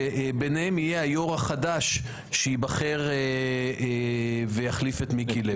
וביניהם יהיה היו"ר החדש שייבחר ויחליף את מיקי לוי.